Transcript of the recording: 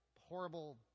horrible